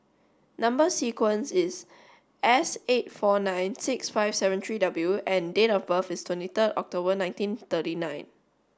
number sequence is S eight four nine six five seven three W and date of birth is twenty third October nineteen thirty nine